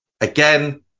Again